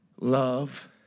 Love